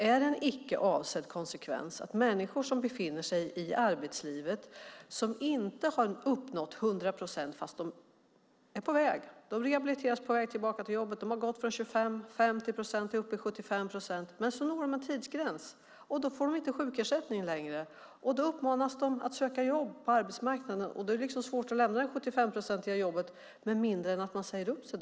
Är det en icke avsedd konsekvens att människor som befinner sig i arbetslivet men som inte har uppnått 100 procent - fast de är på väg, de rehabiliteras på väg tillbaka till jobbet, de har gått från 25, 50 upp till 75 procent - når så en tidsgräns och inte får någon sjukersättning längre? Då uppmanas de att söka jobb på arbetsmarknaden. Det är svårt att lämna det 75-procentiga jobbet med mindre än att man säger upp sig.